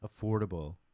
affordable